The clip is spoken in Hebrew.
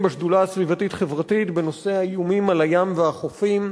בשדולה הסביבתית-חברתית בנושא האיומים על הים והחופים.